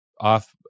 off